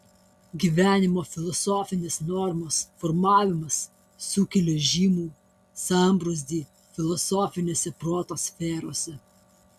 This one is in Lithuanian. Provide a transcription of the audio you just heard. gyvenimo filosofinės normos formavimas sukelia žymų sambrūzdį filosofinėse proto sferose